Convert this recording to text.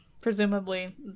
Presumably